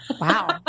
Wow